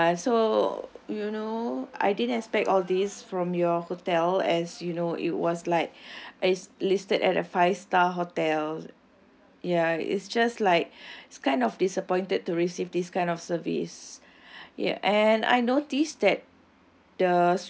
ya so you know I didn't expect all these from your hotel as you know it was like it's listed as a five star hotel ya it's just like it's kind of disappointed to receive this kind of service yeah and I noticed that